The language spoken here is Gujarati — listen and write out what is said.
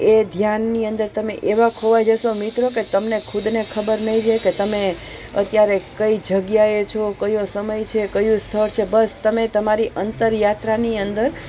એ ધ્યાનની અંદર તમે એવા ખોવાઈ જશો મિત્રો કે તમને ખુદને ખબર નહીં રહે કે તમે અત્યારે કઈ જગ્યાએ છો કયો સમય છે કયું સ્થળ છે બસ તમે તમારી અંતર યાત્રાની અંદર